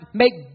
make